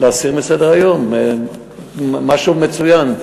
להסיר מסדר-היום, מה שמצוין.